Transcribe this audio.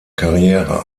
karriere